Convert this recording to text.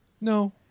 No